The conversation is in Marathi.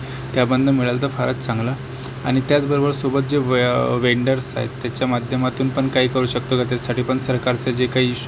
त्यामधनं मिळालं तर फारच चांगलं आणि त्याचबरोबर सोबत जे वे वेंडर्स आहेत त्याच्या माध्यमातून पण काही करू शकतो का त्याच्यासाठी पण सरकारचं जे काही ईश